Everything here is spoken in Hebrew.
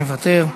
מוותר.